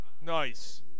Nice